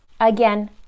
Again